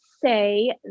say